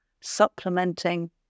supplementing